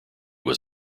was